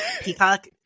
Peacock